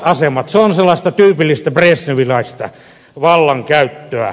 se on sellaista tyypillistä brezhneviläistä vallankäyttöä